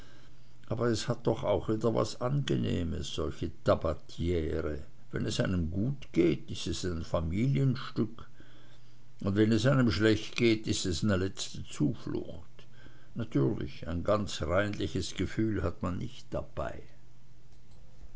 aber es hat doch auch wieder was angenehmes solche tabatiere wenn es einem gut geht ist es ein familienstück und wenn es einem schlecht geht ist es ne letzte zuflucht natürlich ein ganz reinliches gefühl hat man nicht dabei